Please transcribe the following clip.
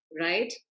Right